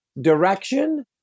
direction